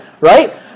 Right